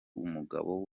umugabo